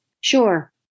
sure